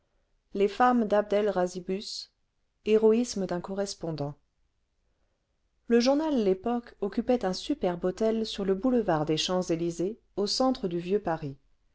le journal f époque occupait un superbe hôtel sur le boulevard des champselysées au centre dn vieux paris